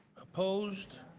opposed?